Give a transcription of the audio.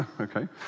okay